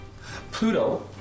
Pluto